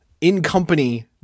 in-company